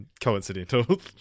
coincidental